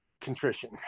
contrition